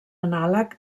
anàleg